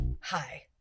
Hi